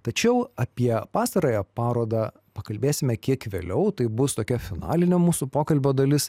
tačiau apie pastarąją parodą pakalbėsime kiek vėliau tai bus tokia finalinė mūsų pokalbio dalis